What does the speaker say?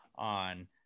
On